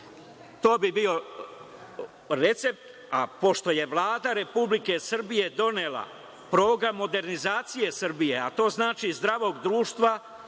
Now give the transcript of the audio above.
To bi bio recept, a pošto je Vlada Republike Srbije donela program modernizacije Srbije, a to znači zdravog društva,